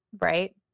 right